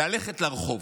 ללכת לרחוב,